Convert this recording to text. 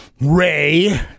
Ray